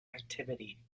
activity